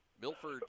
Milford